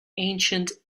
ancient